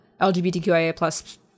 LGBTQIA+